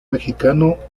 mexicano